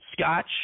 Scotch